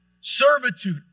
servitude